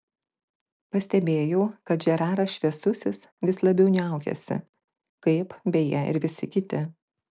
pastebėjau kad žeraras šviesusis vis labiau niaukiasi kaip beje ir visi kiti